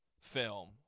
film